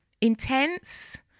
intense